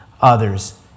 others